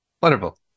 Wonderful